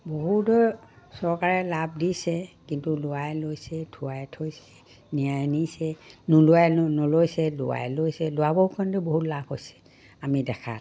বহুতো চৰকাৰে লাভ দিছে কিন্তু লোৱাই লৈছে থোৱাই থৈছে নিয়াই নিছে নোলোৱাই নলৈছে লোৱাই লৈছে লোৱাবোৰৰ কিন্তু বহুত লাভ হৈছে আমি দেখাত